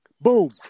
Boom